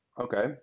Okay